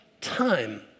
time